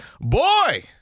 Boy